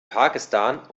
pakistan